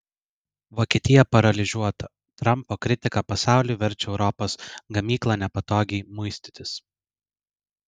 vokietija paralyžiuota trampo kritika pasauliui verčia europos gamyklą nepatogiai muistytis